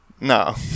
No